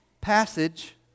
passage